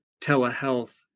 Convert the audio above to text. telehealth